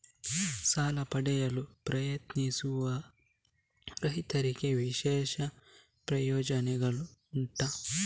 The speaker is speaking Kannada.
ಸಾಲ ಪಡೆಯಲು ಪ್ರಯತ್ನಿಸುತ್ತಿರುವ ರೈತರಿಗೆ ವಿಶೇಷ ಪ್ರಯೋಜನೆಗಳು ಉಂಟಾ?